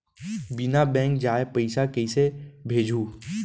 बिना बैंक जाये पइसा कइसे भेजहूँ?